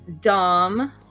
Dom